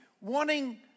wanting